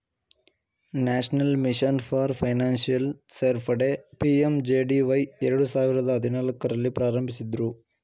national mission for financial ಸೇರ್ಪಡೆ PMJDY ಎರಡು ಸಾವಿರದ ಹದಿನಾಲ್ಕು ರಲ್ಲಿ ಪ್ರಾರಂಭಿಸಿದ್ದ್ರು